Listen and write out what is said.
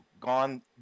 gone